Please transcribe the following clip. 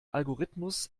algorithmus